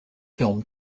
film